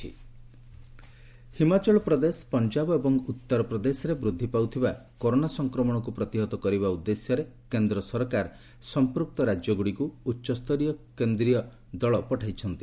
central team Himachal Pradesh Punjab ଏବଂ ଉତ୍ତର ପ୍ରଦେଶରେ ବୃଦ୍ଧି ପାଉଥିବା କରୋନା ସଂକ୍ରମଣକୁ ପ୍ରତିହତ କରିବା ଉଦ୍ଦେଶ୍ୟରେ କେନ୍ଦ୍ର ସରକାର ସମ୍ପୁକ୍ତ ରାଜ୍ୟଗୁଡ଼ିକୁ ଉଚ୍ଚସ୍ତରୀୟ କେନ୍ଦ୍ରୀୟ ଦଳ ପଠାଇଛନ୍ତି